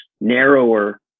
narrower